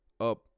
up